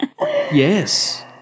yes